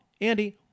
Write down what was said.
Andy